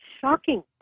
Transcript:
shocking